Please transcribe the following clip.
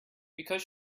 because